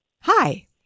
Hi